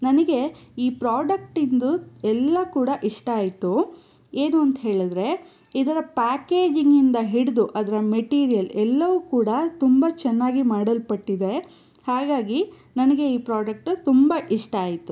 ನನಗೆ ಈ ಪ್ರಾಡಕ್ಟಿನದು ಎಲ್ಲ ಕೂಡ ಇಷ್ಟ ಆಯಿತು ಏನು ಅಂತ ಹೇಳಿದರೆ ಇದರ ಪ್ಯಾಕೇಜಿಂಗಿಂದ ಹಿಡಿದು ಅದರ ಮೆಟೀರಿಯಲ್ ಎಲ್ಲವೂ ಕೂಡ ತುಂಬ ಚೆನ್ನಾಗಿ ಮಾಡಲ್ಪಟ್ಟಿದೆ ಹಾಗಾಗಿ ನನಗೆ ಈ ಪ್ರಾಡಕ್ಟ್ ತುಂಬ ಇಷ್ಟ ಆಯಿತು